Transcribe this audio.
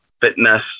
fitness